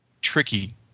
tricky